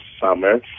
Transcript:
summer